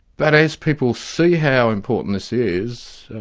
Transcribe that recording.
that as people see how important this is,